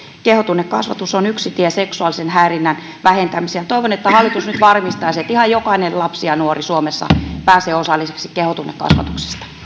kehotunnekasvatus on yksi tie seksuaalisen häirinnän vähentämiseen ja toivon että hallitus nyt varmistaisi että ihan jokainen lapsi ja nuori suomessa pääsee osalliseksi kehotunnekasvatuksesta